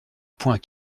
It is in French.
point